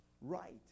right